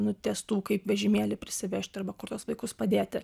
nutiestų kaip vežimėlį prisivežti arba kuriuos vaikus padėti